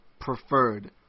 preferred